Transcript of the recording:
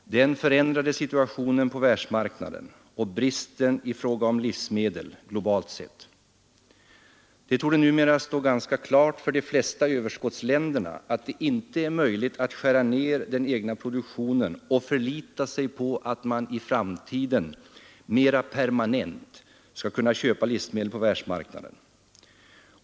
Den förändrade situationen på världsmarknaden och bristen på 75 Nr 51 livsmedel globalt sett. Det torde numera stå ganska klart för de flesta Torsdagen den överskottsländer att det inte är möjligt att skära ned den egna 28 mars 1974 produktionen i förlitande på att i framtiden mera permanent kunna köpa —— livsmedel på världsmarknaden.